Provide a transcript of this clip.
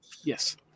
Yes